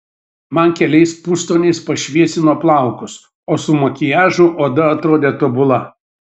man keliais pustoniais pašviesino plaukus o su makiažu oda atrodė tobula